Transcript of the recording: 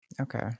Okay